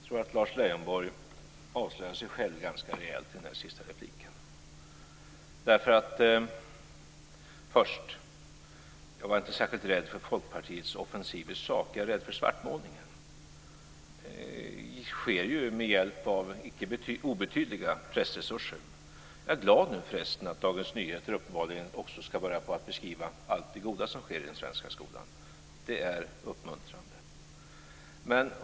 Fru talman! Jag tror att Lars Leijonborg avslöjade sig själv ganska rejält i den sista repliken. Jag är inte särskilt rädd för Folkpartiets offensiv i sak; jag är rädd för svartmålningen. Den sker ju med hjälp av icke obetydliga pressresurser. Jag är förresten glad åt att Dagens Nyheter uppenbarligen också ska börja beskriva allt det goda som sker i den svenska skolan. Det är uppmuntrande.